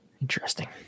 interesting